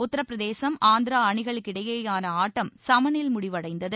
உத்திரப்பிதேசும் ஆந்திரா அணிகளுக்கிடையேயான ஆட்டம் சமனில் முடிவடைந்தது